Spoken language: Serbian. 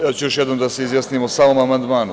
Ja ću još jednom da se izjasnim o samom amandmanu.